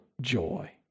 joy